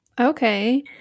Okay